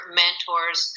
mentors